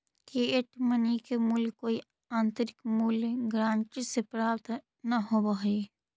fiat money के मूल्य कोई आंतरिक मूल्य गारंटी से प्राप्त न होवऽ हई